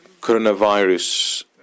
coronavirus